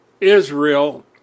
Israel